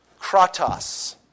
kratos